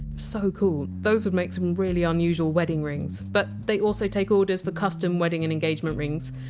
so cool those would make some really unusual wedding rings. but they also take orders for custom wedding and engagement rings.